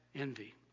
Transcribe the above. envy